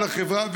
לחברה,